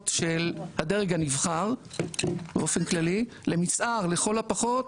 של הדרג הנבחר באופן כללי למצער לכל הפחות,